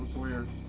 weird.